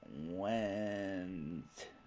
went